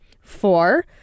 Four